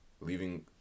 leaving